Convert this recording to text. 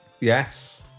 Yes